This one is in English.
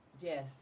yes